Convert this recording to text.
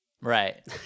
Right